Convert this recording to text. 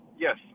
Yes